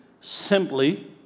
simply